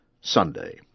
Sunday